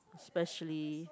especially